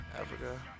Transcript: Africa